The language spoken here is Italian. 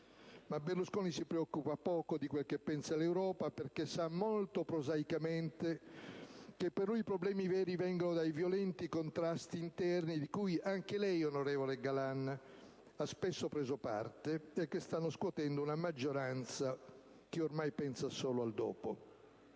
Ma Berlusconi si preoccupa poco di quel che pensa l'Europa perché sa, molto prosaicamente, che per lui i problemi veri vengono dai violenti contrasti interni cui anche lei, onorevole Galan, ha spesso preso parte e che stanno scuotendo una maggioranza che ormai pensa solo al dopo.